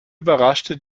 überraschte